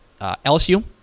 LSU